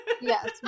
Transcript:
yes